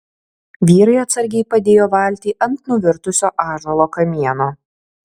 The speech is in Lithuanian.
vyrai atsargiai padėjo valtį ant nuvirtusio ąžuolo kamieno